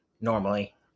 normally